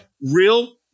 real